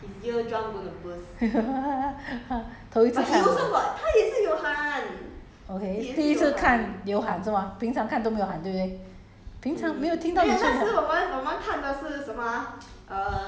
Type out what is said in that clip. ya I sleep already lah last night I was I was tired 头一次看 ah okay 第一次看有喊是吗平常看都没有喊对不对